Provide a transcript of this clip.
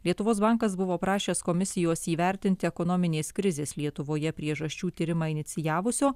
lietuvos bankas buvo prašęs komisijos įvertinti ekonominės krizės lietuvoje priežasčių tyrimą inicijavusio